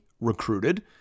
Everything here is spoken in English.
recruited